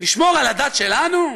נשמור על הדת שלנו?